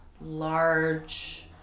large